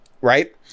right